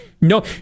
no